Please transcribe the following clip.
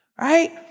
right